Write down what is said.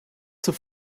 zur